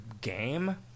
game